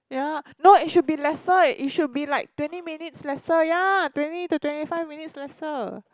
ya no it should be lesser it should be like twenty minutes lesser ya twenty to twenty five minutes lesser